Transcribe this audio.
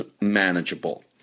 manageable